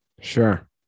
Sure